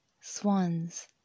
swans